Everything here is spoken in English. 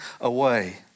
away